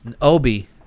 Obi